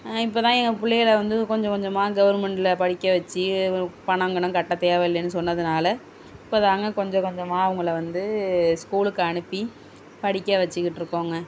இப்போதான் எங்கள் பிள்ளைகள வந்து கொஞ்சம் கொஞ்சமாக கவர்மெண்டில் படிக்க வச்சு பணம் கிணம் கட்ட தேவையில்லைனு சொன்னதினால இப்போதாங்க கொஞ்சம் கொஞ்சமாக அவங்களை வந்து ஸ்கூலுக்கு அனுப்பி படிக்க வச்சுக்கிட்டு இருக்கோங்க